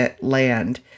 land